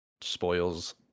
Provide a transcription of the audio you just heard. spoils